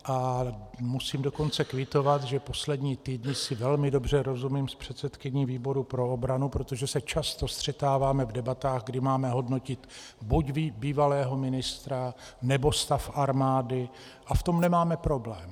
A musím dokonce kvitovat, že poslední týdny si velmi dobře rozumím s předsedkyní výboru pro obranu, protože se často střetáváme v debatách, kdy máme hodnotit buď bývalého ministra, nebo stav armády, a v tom nemáme problém.